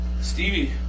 Stevie